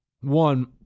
one